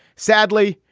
sadly,